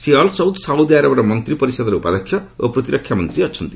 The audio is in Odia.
ଶ୍ରୀ ଅଲସୌଦ୍ ସାଉଦିଆରବର ମନ୍ତ୍ରୀ ପରିଷଦର ଉପାଧ୍ୟକ୍ଷ ଓ ପ୍ରତିରକ୍ଷା ମନ୍ତ୍ରୀ ଅଛନ୍ତି